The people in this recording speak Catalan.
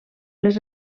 les